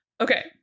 Okay